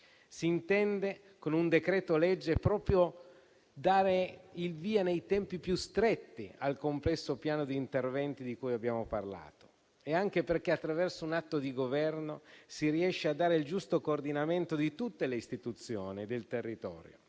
si intende, con un decreto-legge, dare il via nei tempi più stretti al complesso piano di interventi di cui abbiamo parlato e anche perché, attraverso un atto di Governo, si riesce a dare il giusto coordinamento di tutte le istituzioni del territorio,